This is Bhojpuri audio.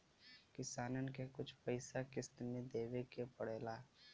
किसानन के कुछ पइसा किश्त मे देवे के पड़ेला